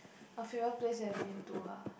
a favourite place I've been to ah